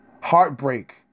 Heartbreak